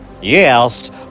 Yes